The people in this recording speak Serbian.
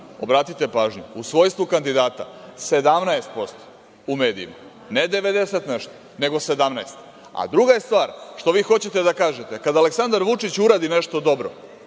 obratite pažnju, u svojstvu kandidata 17% u medijima, ne devedeset i nešto, nego 17%.Druga je stvar što vi hoćete da kažete, kada Aleksandar Vučić uradi nešto dobro,